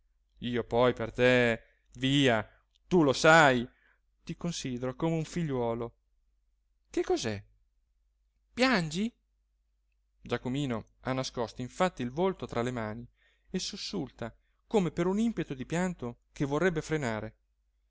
io poi per te via tu lo sai ti considero come un figliuolo che cos'è piangi giacomino ha nascosto infatti il volto tra le mani e sussulta come per un impeto di pianto che vorrebbe frenare